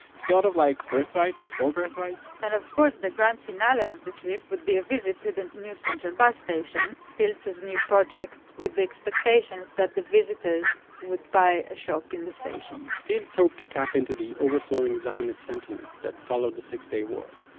sort of like birthright before birthright and of course the grand final e ah of the trip would be a visit to the new central bus station, pilz' new project, with the expectations that the visitors would buy a shop in the station pilz hoped to tap into the overflowing zionist sentiments that followed the six day war,